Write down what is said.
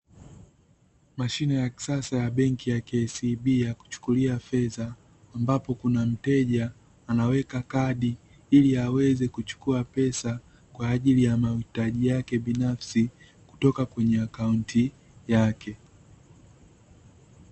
Mashine ya kisasa ya benki ya kcb ya kuchukulia fedha ambapo kuna mteja anaweka kadi ili aweze kuchukua pesa kwaajili ya mahitaji yake binafsi kutoka kwenye akaunti yake.